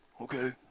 Okay